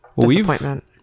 disappointment